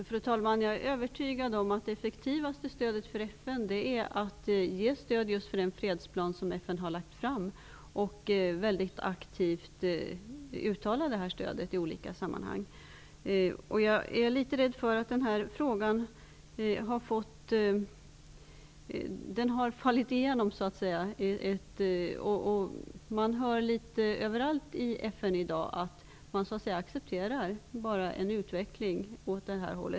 Fru talman! Jag är övertygad om att det effektivaste stödet för FN är att ge stöd för den fredsplan som FN har lagt fram och att mycket aktivt uttala det stödet i olika sammanhang. Jag är litet rädd för att frågan har fallit igenom. Det hörs litet överallt i FN i dag att man accepterar en utveckling åt det här hållet.